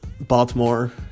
Baltimore